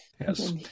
Yes